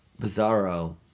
Bizarro